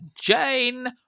Jane